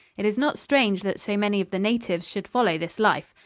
it is not strange that so many of the natives should follow this life.